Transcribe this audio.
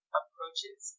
approaches